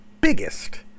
biggest